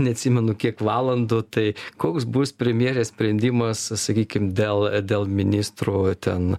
neatsimenu kiek valandų tai koks bus premjerės sprendimas sakykim dėl dėl ministrų ten